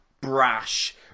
brash